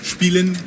Spielen